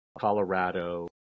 Colorado